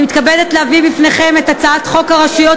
אני מתכבדת להביא בפניכם את הצעת חוק הרשויות